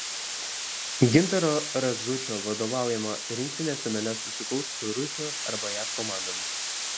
gintaro razučio vadovaujama rinktinė finale susikaus su rusijos arba jav komandomis